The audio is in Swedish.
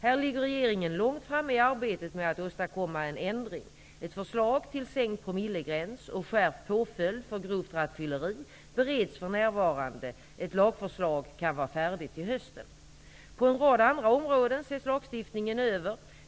Här ligger regeringen långt framme i arbetet med att åstadkomma en ändring. Ett förslag till sänkt promillegräns och skärpt påföljd för grovt rattfylleri bereds för närvarande. Ett lagförslag kan vara färdigt till hösten. På en rad andra områden ses lagstiftningen över.